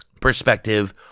perspective